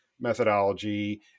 methodology